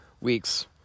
weeks